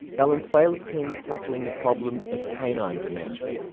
valenzuela's team is tackling the problem of canine dementia.